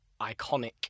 iconic